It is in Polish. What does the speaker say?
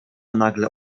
nagle